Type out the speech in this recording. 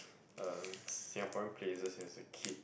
uh Singaporean places as a kid